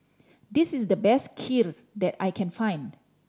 this is the best Kheer that I can find